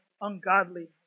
ungodly